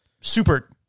super